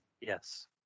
Yes